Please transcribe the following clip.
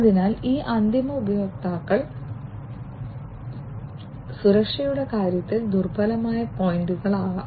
അതിനാൽ ഈ അന്തിമ ഉപയോക്താക്കൾക്ക് സുരക്ഷയുടെ കാര്യത്തിൽ ദുർബലമായ പോയിന്റുകളാകാം